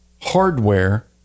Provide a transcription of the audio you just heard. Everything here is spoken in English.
hardware